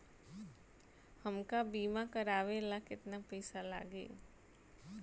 हमका बीमा करावे ला केतना पईसा लागी?